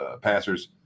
passers